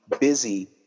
busy